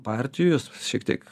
partijų jos šiek tiek